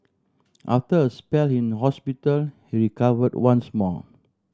after a spell in hospital he recovered once more